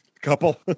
couple